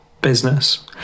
business